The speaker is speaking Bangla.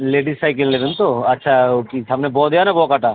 লেডিস সাইকেল নেবেন তো আচ্ছা ও কি সামনে ব দেওয়া না ব কাটা